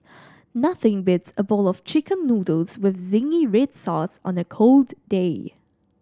nothing beats a bowl of Chicken Noodles with zingy red sauce on a cold day